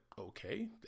okay